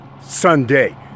Sunday